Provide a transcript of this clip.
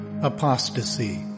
apostasy